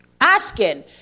asking